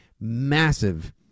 massive